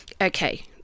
Okay